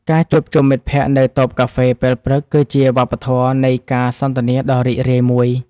ការជួបជុំមិត្តភក្តិនៅតូបកាហ្វេពេលព្រឹក គឺជាវប្បធម៌នៃការសន្ទនាដ៏រីករាយមួយ។